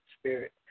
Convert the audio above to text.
spirit